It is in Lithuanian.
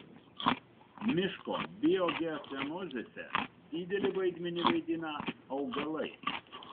miško biogeocenozėse didelį vaidmenį vaidina augalai